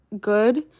good